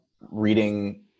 reading